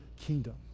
kingdom